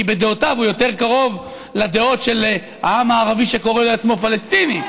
כי בדעותיו הוא יותר קרוב לדעות של העם הערבי שקורא לעצמו פלסטיני.